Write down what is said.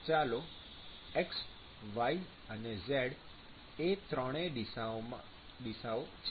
ચાલો x y અને z એ ત્રણે દિશાઓ છે